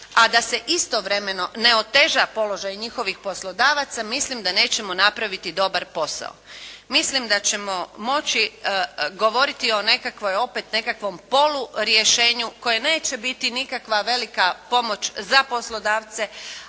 a da se istovremeno ne oteža položaj njihovih poslodavaca, mislim da nećemo napraviti dobar posao. Mislim da ćemo moći govoriti o nekakvom polurješenju koje neće biti nikakva velika pomoć za poslodavce,